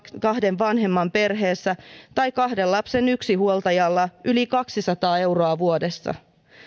kahden vanhemman perheessä tai kahden lapsen yksinhuoltajalla yli kaksisataa euroa vuodessa